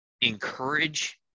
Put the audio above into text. encourage